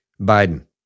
Biden